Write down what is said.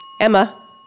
Emma